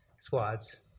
squads